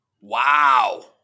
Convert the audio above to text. Wow